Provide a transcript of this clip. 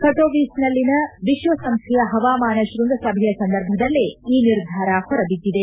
ಕಟೋವಿಸ್ನಲ್ಲಿನ ವಿಶ್ವಸಂಸ್ಥೆಯ ಹವಾಮಾನ ಶ್ವಂಗಸಭೆಯ ಸಂದರ್ಭದಲ್ಲೇ ಈ ನಿರ್ಧಾರ ಹೊರಬಿದ್ದಿದೆ